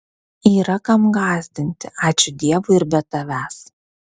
yra kam gąsdinti ačiū dievui ir be tavęs